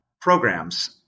programs